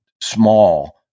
small